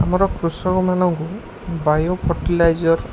ଆମର କୃଷକମାନଙ୍କୁ ବାୟୋଫର୍ଟିଲାଇଜର୍